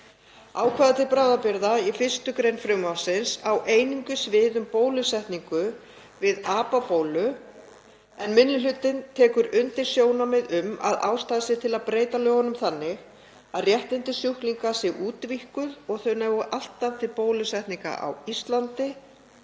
Ákvæði til bráðabirgða í 1. gr. frumvarpsins á einungis við um bólusetningu við apabólu. Minni hlutinn tekur undir sjónarmið um að ástæða sé til að breyta lögunum þannig að réttindi sjúklinga séu útvíkkuð og þau nái alltaf til bólusetninga á Íslandi